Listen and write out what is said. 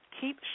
Keep